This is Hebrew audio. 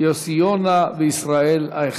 יוסי יונה וישראל אייכלר.